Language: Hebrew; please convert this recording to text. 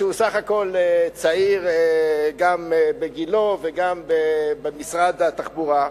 שהוא צעיר גם בגילו וגם במשרד התחבורה,